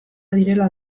direla